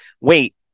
Wait